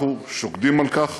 אנחנו שוקדים על כך,